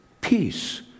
peace